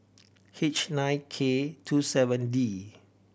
H nine K two seven D